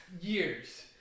Years